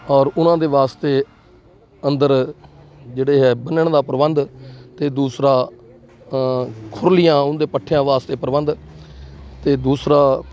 ਔਰ ਉਹਨਾਂ ਦੇ ਵਾਸਤੇ ਅੰਦਰ ਜਿਹੜੇ ਹੈ ਬੰਨਣ ਦਾ ਪ੍ਰਬੰਧ ਅਤੇ ਦੂਸਰਾ ਖੁਰਲੀਆਂ ਉਹਦੇ ਪੱਠਿਆਂ ਵਾਸਤੇ ਪ੍ਰਬੰਧ ਅਤੇ ਦੂਸਰਾ